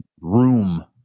room